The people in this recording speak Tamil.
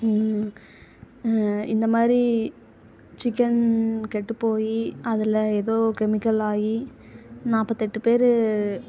இந்தமாதிரி சிக்கன் கெட்டு போய் அதில் ஏதோ கெமிக்கல் ஆகி நாற்பத்தெட்டு பேர்